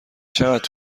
چقدر